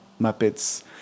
Muppets